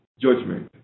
judgment